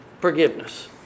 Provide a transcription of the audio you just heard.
forgiveness